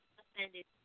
offended